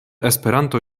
esperanto